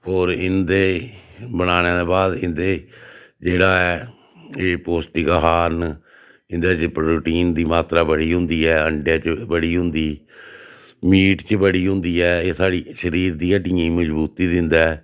होर इं'दे बनाने दे बाद इं'दे जेह्ड़ा ऐ एह् पोश्टिक आहार न इं'दे च प्रोटीन दी मात्तरा बड़ी होंदी ऐ अण्डै च बड़ी होंदी मीट च बड़ी होंदी ऐ एह् साढ़ी शरीर दी हड्डियें गी मजबूती दिंदा ऐ